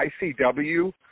ICW